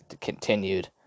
continued